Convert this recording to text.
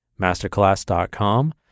masterclass.com